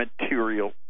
material